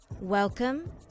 Welcome